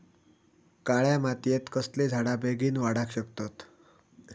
काळ्या मातयेत कसले झाडा बेगीन वाडाक शकतत?